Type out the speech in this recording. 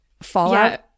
fallout